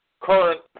current